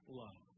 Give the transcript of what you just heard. love